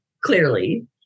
clearly